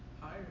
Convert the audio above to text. Higher